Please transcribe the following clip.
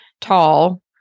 tall